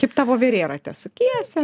kaip ta voverė rate sukiesi